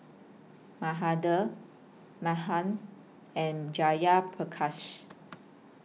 Mahade Mahan and Jayaprakash